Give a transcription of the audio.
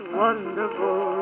wonderful